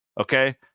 Okay